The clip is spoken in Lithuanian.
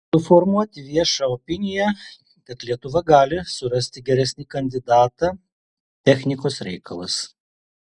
suformuoti viešą opiniją kad lietuva gali surasti geresnį kandidatą technikos reikalas